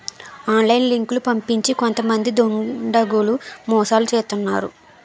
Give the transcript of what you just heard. online లింకులు పంపించి కొంతమంది దుండగులు మోసాలు చేస్తున్నారు